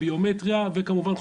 הביומטריה וכמובן,